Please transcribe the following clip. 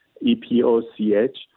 E-P-O-C-H